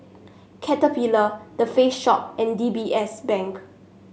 Caterpillar The Face Shop and D B S Bank